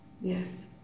Yes